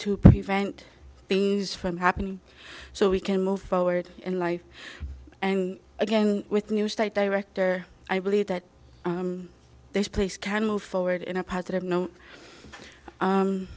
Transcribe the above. to prevent beans from happening so we can move forward in life and again with new state director i believe that this place can move forward in a positive note